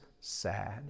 sad